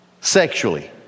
sexually